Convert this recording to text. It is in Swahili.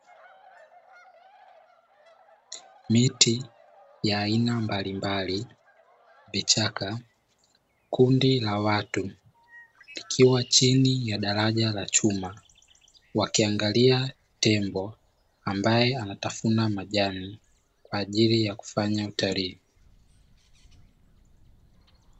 Miti ya aina mbalimbali vichaka kundi la watu, likiwa chini ya daraja la chuma wakiangalia tembo ambaye anatafuna majani kwa ajili ya kufanya utalii.